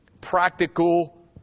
practical